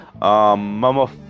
Mama